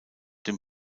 dem